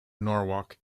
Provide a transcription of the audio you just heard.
norwalk